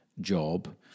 job